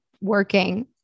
working